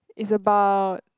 it's about